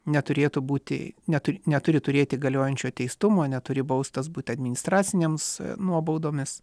neturėtų būti neturi neturi turėti galiojančio teistumo neturi baustas būti administracinėms nuobaudomis